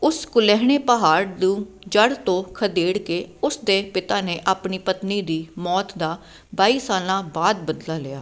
ਉਸ ਕੁਲਹਿਣੇ ਪਹਾੜ ਨੂੰ ਜੜ੍ਹ ਤੋਂ ਖਦੇੜ ਕੇ ਉਸ ਦੇ ਪਿਤਾ ਨੇ ਆਪਣੀ ਪਤਨੀ ਦੀ ਮੌਤ ਦਾ ਬਾਈ ਸਾਲਾਂ ਬਾਅਦ ਬਦਲਾ ਲਿਆ